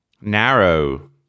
narrow